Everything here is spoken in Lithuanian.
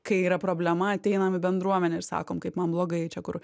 kai yra problema ateinam į bendruomenę ir sakom kaip man blogai čia kur